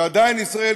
ועדיין ישראל,